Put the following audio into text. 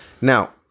Now